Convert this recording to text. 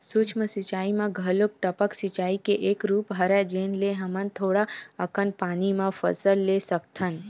सूक्ष्म सिचई म घलोक टपक सिचई के एक रूप हरय जेन ले हमन थोड़ा अकन पानी म फसल ले सकथन